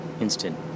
instant